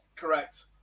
correct